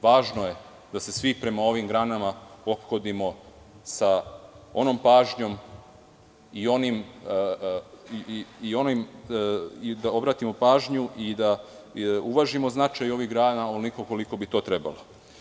Važno je da se svi prema ovim granama ophodimo sa onom pažnjom i da obratimo pažnju i da uvažimo značaj onih grana onoliko, koliko bi to trebalo.